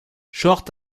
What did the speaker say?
short